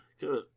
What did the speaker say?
Good